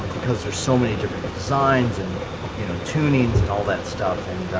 because there's so many different designs and you know tunings and all that stuff and